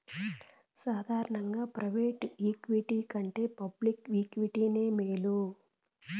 సాదారనంగా private equity కంటే public ఈక్విటీనే మేలు